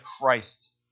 Christ